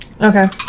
Okay